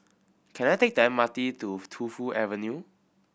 can I take the M R T to Tu Fu Avenue